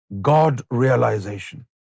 God-realization